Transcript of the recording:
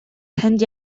танд